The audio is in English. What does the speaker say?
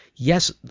Yes